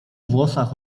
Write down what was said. włosach